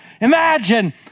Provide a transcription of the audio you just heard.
Imagine